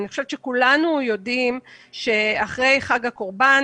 אני חושבת שכולנו יודעים שאחרי חג הקרבן,